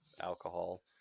alcohol